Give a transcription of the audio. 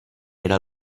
era